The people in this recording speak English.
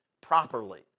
properly